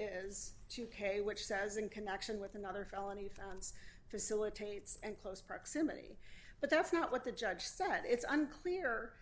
is to k which says in connection with another felony founds facilitates and close proximity but that's not what the judge said it's unclear